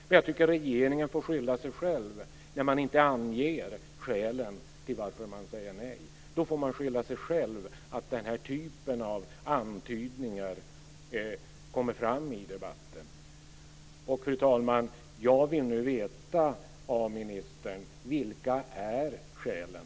Men jag tycker att regeringen får skylla sig själv när man inte anger skälen till varför man säger nej. Då får man räkna med att den här typen av antydningar görs i debatten. Fru talman! Jag vill nu veta av ministern: Vilka är skälen?